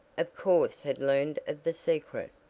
of course had learned of the secret,